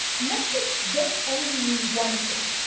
metrics don't only mean one thing.